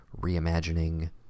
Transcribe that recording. reimagining